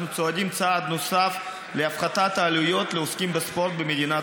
אנחנו צועדים צעד נוסף להפחתת העלויות לעוסקים בספורט במדינת